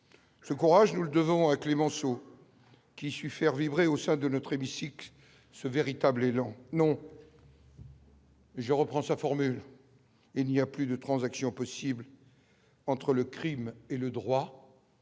ce courage, nous le devons à Clémenceau qui su faire vibrer au sein de notre hémicycle ce véritable élan non. Je reprends sa forme, il n'y a plus de transactions possibles entre le Crime et le droit.